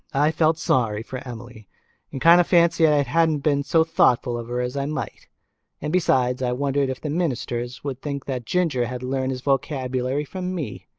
i felt sorry for emily and kind of fancied i hadn't been so thoughtful of her as i might and besides, i wondered if the ministers would think that ginger had learned his vocabulary from me.